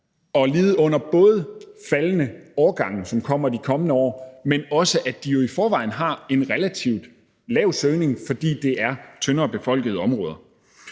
at lide under både faldende årgange, som kommer i de kommende år, men også under, at de jo i forvejen har en relativt lav søgning, fordi det er tyndere befolkede områder,